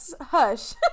hush